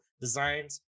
designs